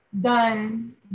done